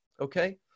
okay